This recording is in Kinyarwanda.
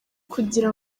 kugira